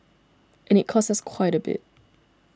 and it costs us quite a bit